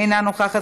אינה נוכחת,